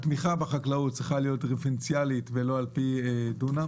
התמיכה בחקלאות צריכה להיות דיפרנציאלית ולא על פי דונם.